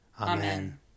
Amen